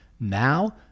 Now